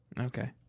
Okay